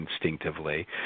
instinctively